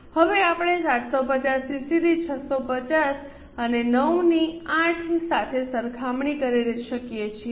હવે આપણે 75૦ ની સીધી 65૦ અને 9 ની 8 સાથે ની સરખામણી કરી શકીએ